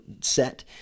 set